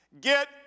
get